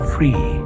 Free